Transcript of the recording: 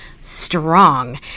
strong